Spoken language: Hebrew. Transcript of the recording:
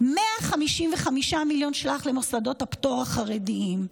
155 מיליון ש"ח למוסדות הפטור החרדיים,